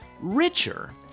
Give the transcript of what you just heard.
richer